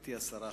גברתי השרה,